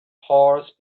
horse